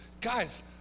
guys